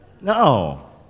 No